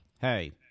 Hey